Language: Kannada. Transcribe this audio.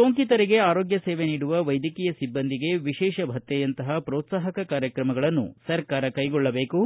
ಸೋಂಕಿತರಿಗೆ ಆರೋಗ್ಯ ಸೇವೆ ನೀಡುವ ವೈದ್ಯಕೀಯ ಸಿಬ್ಬಂದಿಗೆ ವಿಶೇಷ ಭತ್ತೆಯಂತಹ ಪ್ರೋತ್ಸಾಪಕ ಕಾರ್ಯಕ್ರಮಗಳನ್ನು ಸರ್ಕಾರ ಕೈಗೊಳ್ಳಬೇಕು